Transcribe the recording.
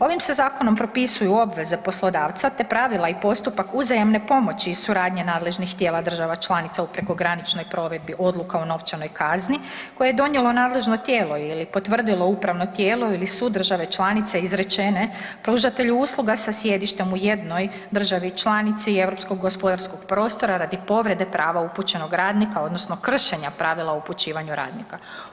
Ovim se zakonom propisuju obveze poslodavca, te pravila i postupak uzajamne pomoći i suradnje nadležnih tijela država članica u prekograničnoj provedbi odluka o novčanoj kazni koje je donijelo nadležno tijelo ili potvrdilo upravno tijelo ili sud države članice izrečene pružatelju usluga sa sjedištem u jednoj državi članici Europskog gospodarskog prostora radi povrede prava upućenog radnika odnosno kršenja pravila o upućivanju radnika.